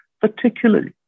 particularly